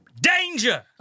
danger